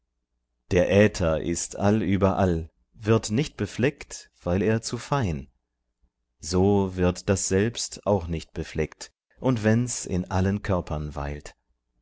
der äther ist allüberall wird nicht befleckt weil er zu fein so wird das selbst auch nicht befleckt auch wenn's in allen körpern weilt